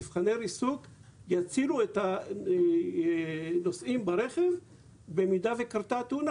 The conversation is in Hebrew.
מבני ריסוק יצילו את הנוסעים ברכב במידה וקרתה התאונה.